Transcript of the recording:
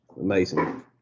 Amazing